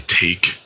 take